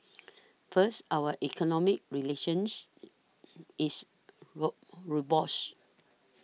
first our economic relations is what robust